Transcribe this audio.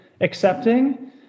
accepting